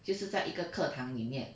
就是在一个课堂里面